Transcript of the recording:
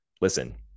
listen